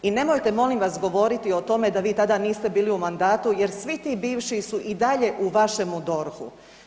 I nemojte molim vas govoriti o tome da vi tada niste bili u mandatu jer svi ti bivši su i dalje u vašemu DORH-u.